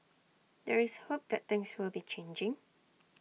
there is hope that things will be changing